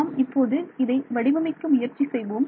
நாம் இப்போது இதை வடிவமைக்க முயற்சி செய்வோம்